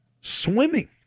Swimming